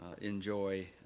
enjoy